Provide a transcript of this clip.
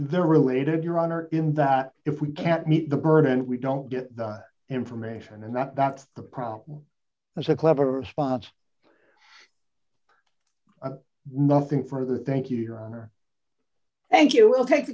they're related your honor in that if we can't meet the burden we don't get the information and that that's the problem that's a clever response nothing for the thank you your honor thank you will take